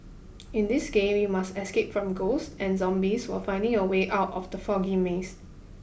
in this game you must escape from ghosts and zombies while finding your way out of the foggy maze